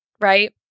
right